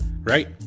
right